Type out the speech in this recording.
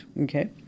okay